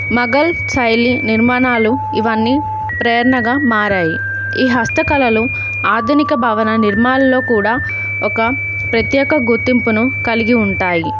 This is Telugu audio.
ముఘల్ శైలి నిర్మాణాలు ఇవన్నీ ప్రేరణగా మారాయి ఈ హస్తకళలు ఆధునిక భవన నిర్మాణాలల్లో కూడా ఒక ప్రత్యేక గుర్తింపును కలిగి ఉంటాయి